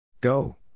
Go